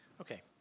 Okay